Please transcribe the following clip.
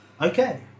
Okay